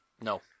no